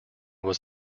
was